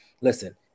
Listen